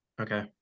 Okay